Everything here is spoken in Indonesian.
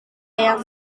yang